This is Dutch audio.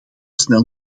snel